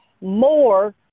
more